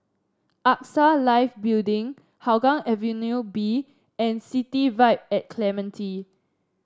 AXA Life Building Hougang Avenue B and City Vibe at Clementi